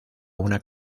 una